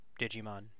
Digimon